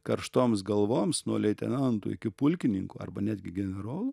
karštoms galvoms nuo leitenantų iki pulkininkų arba netgi generolų